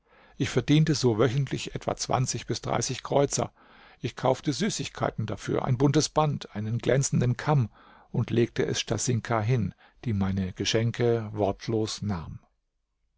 ich verdiente so wöchentlich etwa zwanzig bis dreißig kreuzer ich kaufte süßigkeiten dafür ein buntes band einen glänzenden kamm und legte es stasinka hin die meine geschenke wortlos nahm